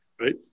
right